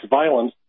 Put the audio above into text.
violence